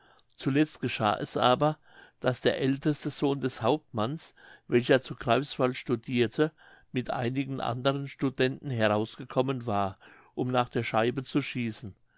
zuletzt geschah es aber daß der älteste sohn des hauptmanns welcher zu greifswald studirte mit einigen anderen studenten herausgekommen war um nach der scheibe zu schießen